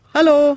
Hello